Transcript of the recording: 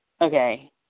Okay